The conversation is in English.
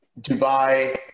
Dubai